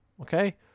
Okay